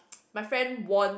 my friend won